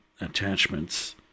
attachments